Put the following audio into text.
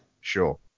Sure